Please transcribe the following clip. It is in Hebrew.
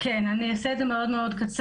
אני אעשה את זה מאוד מאוד קצר.